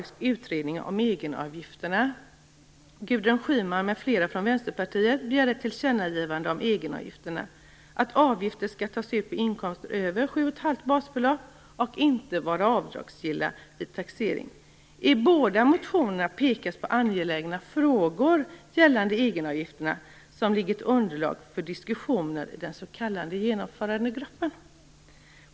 Schyman m.fl. från Vänsterpartiet begär ett tillkännagivande om egenavgifterna: Avgifter skall tas ut även på inkomster över 7,5 basbelopp och skall inte vara avdragsgilla vid taxeringen. I båda motionerna pekas på angelägna frågor gällande egenavgifterna som ligger till underlag för diskussionen i den s.k. Genomförandegruppen.